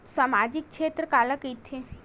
सामजिक क्षेत्र काला कइथे?